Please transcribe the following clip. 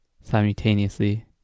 simultaneously